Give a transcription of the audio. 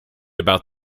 about